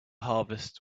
harvest